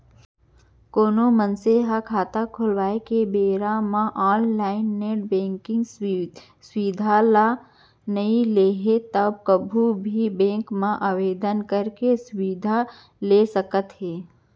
कोनो मनसे ह खाता खोलवाए के बेरा म ऑनलाइन नेट बेंकिंग सुबिधा ल नइ लेहे त कभू भी बेंक म आवेदन करके सुबिधा ल ल सकत हे